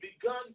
begun